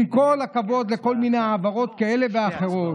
עם כל הכבוד לכל מיני העברות כאלה ואחרות,